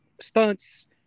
stunts